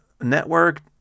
network